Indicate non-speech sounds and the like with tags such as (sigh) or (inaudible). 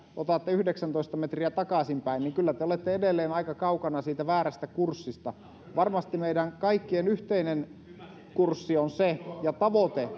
otatte yhdeksäntoista metriä takaisinpäin niin kyllä te te olette edelleen aika kaukana sillä väärällä kurssilla varmasti meidän kaikkien yhteinen kurssi ja tavoite (unintelligible)